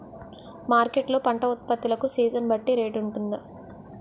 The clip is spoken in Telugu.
మార్కెట్ లొ పంట ఉత్పత్తి లకు సీజన్ బట్టి రేట్ వుంటుందా?